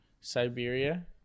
Siberia